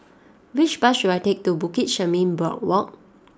which bus should I take to Bukit Chermin Boardwalk